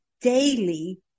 daily